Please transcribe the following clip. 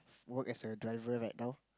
work as a driver right now